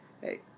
hey